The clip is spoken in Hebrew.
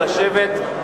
לשבת,